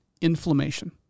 Inflammation